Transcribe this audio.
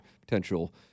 potential